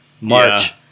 March